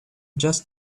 just